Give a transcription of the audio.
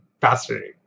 fascinating